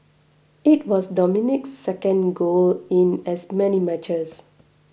it was Dominguez's second goal in as many matches